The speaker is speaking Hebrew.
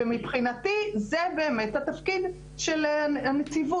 ומבחינתי זה באמת התפקיד של הנציבות.